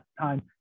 time